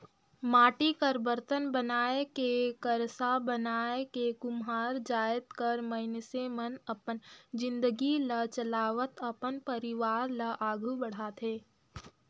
माटी कर बरतन बनाए के करसा बनाए के कुम्हार जाएत कर मइनसे मन अपन जिनगी ल चलावत अपन परिवार ल आघु बढ़ाथे